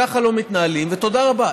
ככה לא מתנהלים ותודה רבה.